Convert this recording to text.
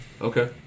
Okay